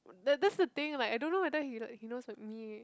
that that's the thing like I don't know whether he like he knows of me